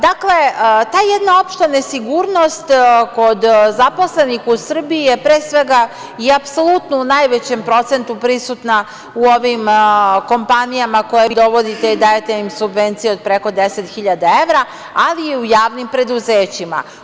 Dakle, ta jedna opšta nesigurnost kod zaposlenih u Srbiji je pre svega i apsolutno u najvećem procentu prisutna u ovim kompanijama koje vi dovodite i dajete im subvencije od preko 10.000 evra, ali i u javnim preduzećima.